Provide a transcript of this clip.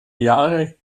jahre